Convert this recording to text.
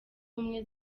ubumwe